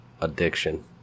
addiction